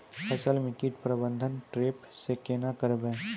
फसल म कीट प्रबंधन ट्रेप से केना करबै?